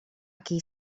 qui